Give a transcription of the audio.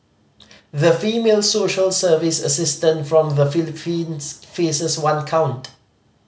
the female social service assistant from the Philippines faces one count